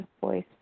voice